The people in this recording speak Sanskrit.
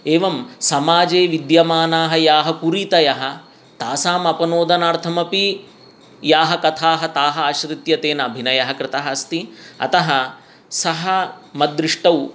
एवं समाजे विद्यमानाः याः कुरीतयः तासाम् अपनोदनार्थमपि याः कथाः ताः आश्रित्य तेन अभिनयः कृतः अस्ति अतः सः मद् दृष्टौ